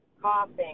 coughing